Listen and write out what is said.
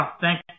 thank